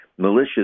militias